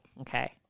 Okay